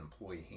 employee